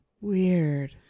weird